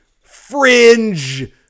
fringe